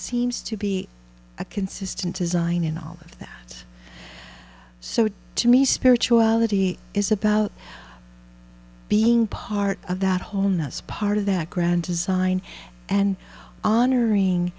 seems to be a consistent design in all of that so to me spirituality is about being part of that wholeness part of that grand design and honoring